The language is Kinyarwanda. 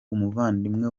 umuvandimwe